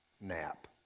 nap